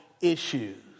issues